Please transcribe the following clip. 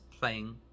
playing